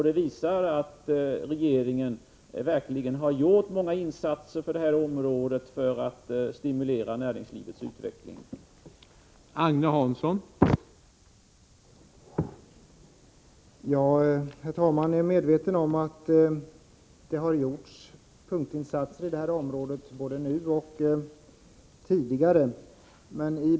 Den visar att regeringen verkligen har gjort många insatser för att stimulera näringslivets utveckling i detta område